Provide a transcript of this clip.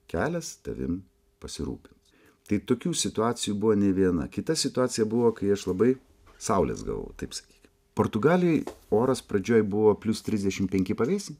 kelias tavim pasirūpins tai tokių situacijų buvo ne viena kita situacija buvo kai aš labai saulės gavau taip sakykim portugalijoj oras pradžioj buvo plius trisdešim penki pavėsy